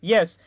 Yes